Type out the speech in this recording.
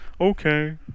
Okay